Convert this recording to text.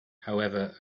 however